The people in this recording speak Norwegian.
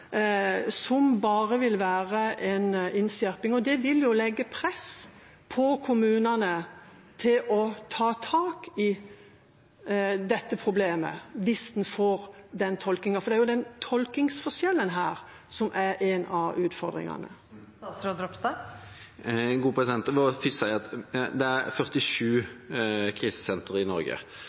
som bare vil være en innskjerping? Det vil jo legge press på kommunene til å ta tak i dette problemet hvis en får den tolkningen, for det er jo den tolkningsforskjellen som er en av utfordringene her. Jeg må først si at det er 47 krisesentre i Norge,